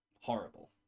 horrible